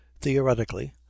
Theoretically